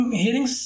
hearing